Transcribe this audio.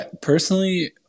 Personally